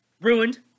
ruined